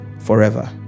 forever